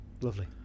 lovely